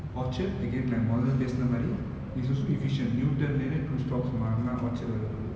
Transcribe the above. orchard the gate line மொத பேசுனமாரி:motha pesunamaari it's also efficient newton lah re~ two stops மாறுனா:maarunaa orchard வர போது:vara pothu